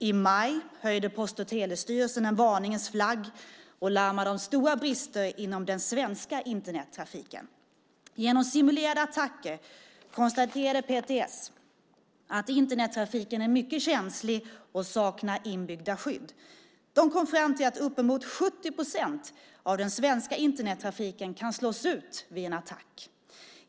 I maj hissade Post och telestyrelsen varningsflagg och larmade om stora brister inom den svenska Internettrafiken. Genom simulerade attacker konstaterade PTS att Internettrafiken är mycket känslig och saknar inbyggda skydd. Den kom fram till att upp emot 70 procent av den svenska Internettrafiken kan slås ut vid en attack.